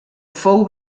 fou